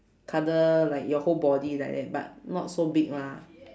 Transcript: cuddle like your whole body like that but not so big lah